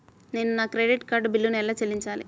నేను నా credit card బిల్లును ఎలా చెల్లించాలీ?